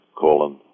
colon